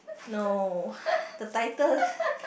no the title